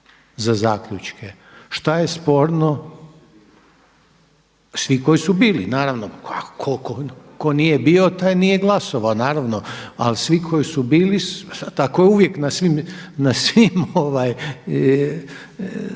za zaključke. Šta je sporno? Svi koji su bili, naravno. Tko nije bio taj nije glasovao, naravno. Ali svi koji su bili, tako je uvijek na svim sastancima odbora.